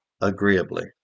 agreeably